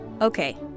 Okay